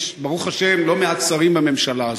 יש, ברוך השם, לא מעט שרים בממשלה הזאת.